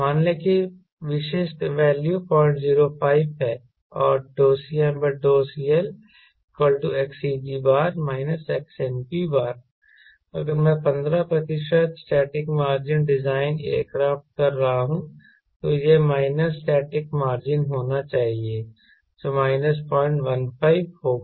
मान लें कि विशिष्ट वैल्यू 005 है और CmCLXCG XNP अगर मैं 15 प्रतिशत स्टैटिक मार्जिन डिजाइन एयरक्राफ्ट कर रहा हूं तो यह माइनस स्टैटिक मार्जिन होना चाहिए जो माइनस 015 होगा